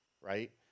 right